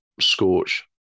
Scorch